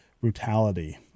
brutality